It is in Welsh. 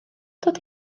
dod